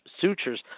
sutures